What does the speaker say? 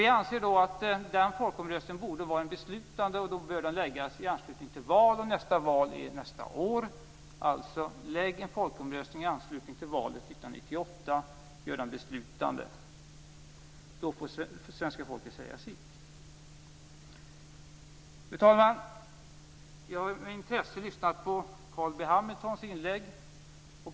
Vi anser att folkomröstningen borde vara beslutande. Därför bör den förläggas i anslutning till val, och nästa val äger rum nästa år. Alltså: Förlägg en folkomröstning i anslutning till valet 1998! Gör den beslutande! Då får svenska folket säga sitt. Fru talman! Jag har med intresse lyssnat på Carl B Hamiltons inlägg.